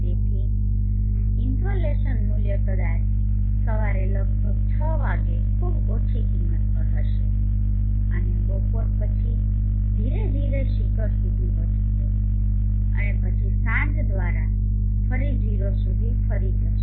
તેથી ઇન્સોલેશન મૂલ્ય કદાચ સવારે લગભગ 6 વાગે ખૂબ ઓછી કિંમત પર હશે અને બપોર પછી ધીરે ધીરે શિખર સુધી વધશે અને પછી સાંજ દ્વારા ફરી 0 સુધી ફરી જશે